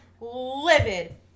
livid